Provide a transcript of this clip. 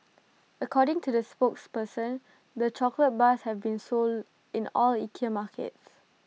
according to the spokesperson the chocolate bars have been sold in all Ikea markets